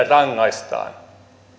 rangaistaan